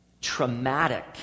Traumatic